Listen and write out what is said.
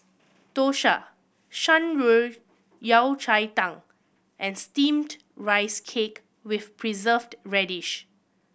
Dosa Shan Rui Yao Cai Tang and Steamed Rice Cake with Preserved Radish